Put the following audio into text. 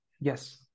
Yes